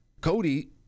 Cody